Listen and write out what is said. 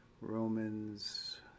Romans